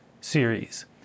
series